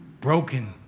broken